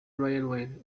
railway